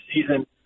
season